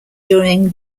during